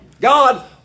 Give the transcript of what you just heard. God